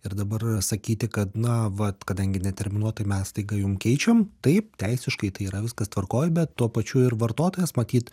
ir dabar sakyti kad na vat kadangi neterminuotai mes staiga jum keičiam taip teisiškai tai yra viskas tvarkoj bet tuo pačiu ir vartotojas matyt